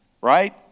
right